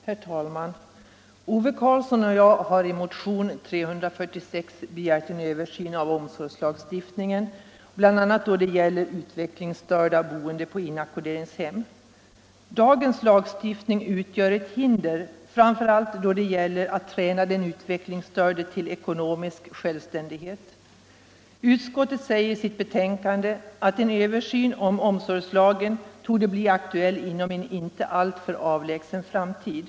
Herr talman! Ove Karlsson och jag har i motionen 346 begärt en översyn av omsorgslagstiftningen bl.a. då det gäller utvecklingsstörda boende på inackorderingshem. Dagens lagstiftning utgör ett hinder framför allt då det gäller att träna den utvecklingsstörde till ekonomisk självständighet. Utskottet säger i sitt betänkande att en översyn av omsorgslagen torde bli aktuell inom en inte alltför avlägsen framtid.